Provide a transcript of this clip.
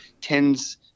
tends